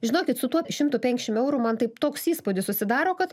žinokit su tuo šimtu penkiašim eurų man taip toks įspūdis susidaro kad